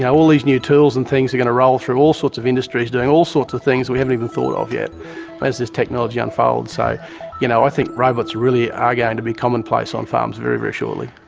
so all these new tools and things are going to roll through all sorts of industries doing all sorts of things we haven't even thought of yet as this technology unfolds. so you know i think robots really are going to be commonplace on farms very, very shortly.